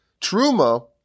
truma